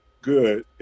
good